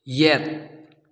ꯌꯦꯠ